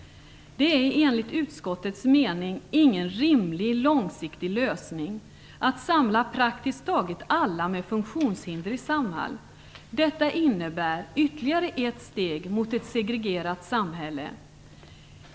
Det är dock enligt utskottets mening ingen rimlig långsiktig lösning att samla praktiskt taget alla med funktionshinder i Samhall. Detta innebär ju ytterligare ett steg mot ett segregerat samhälle.